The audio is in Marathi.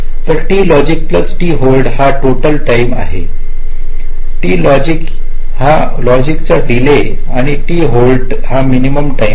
तर T logic plus T hold हा टोटल टाईम आहे टी लॉजिक हा या लॉजिक चा डीले आहे आणि टी होल्ड हा मिनिमम टाईम आहे